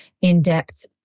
in-depth